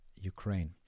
Ukraine